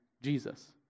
Jesus